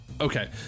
Okay